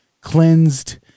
cleansed